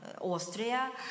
Austria